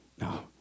No